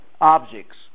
objects